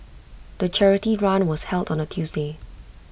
the charity run was held on A Tuesday